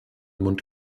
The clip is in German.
mund